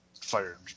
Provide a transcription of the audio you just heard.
fired